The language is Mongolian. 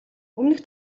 өмнөх